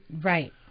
Right